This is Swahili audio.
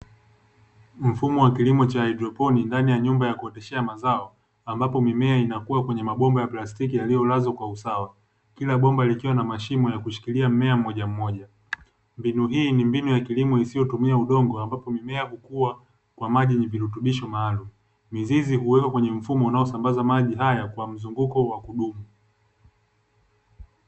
Mfumo wa kilimo cha haidroponi ndani ya nyumba ya kuoteshea mazao ambapo mimea inakua kwenye mabomba ya plastiki yaliyolazwa kwa usawa kila bomba likiwa na mashimo ya kushikilia mmoja mmoja, mbinu hii ni mbinu ya kilimo isiyotumia udongo ambapo mimea hukua kwa mqji yenye virutubisho maalumu, miziz huwekwa kwenye mfumo unaosambaza maji haya kwa mzunguko wa kudumu.